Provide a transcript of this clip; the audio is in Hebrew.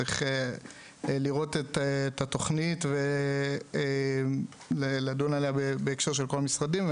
צריך לראות את התכנית ולדון עליה בהקשר של כל המשרדים.